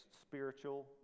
spiritual